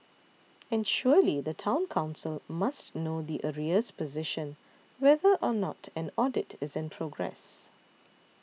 and surely the Town Council must know the arrears position whether or not an audit is in progress